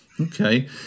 Okay